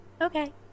Okay